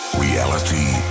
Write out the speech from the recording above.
Reality